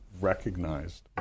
recognized